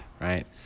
right